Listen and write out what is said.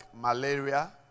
malaria